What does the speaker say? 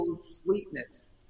sweetness